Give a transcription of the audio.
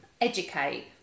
educate